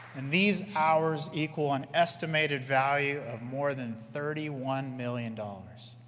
and these hours equal an estimated value of more than thirty one million dollars